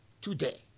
today